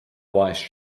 wise